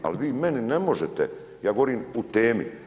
Ali vi meni ne možete, ja govorim u temi.